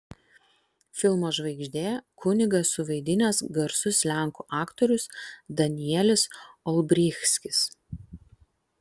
filmo žvaigždė kunigą suvaidinęs garsus lenkų aktorius danielis olbrychskis